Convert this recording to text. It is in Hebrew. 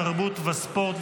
תרבות וספורט,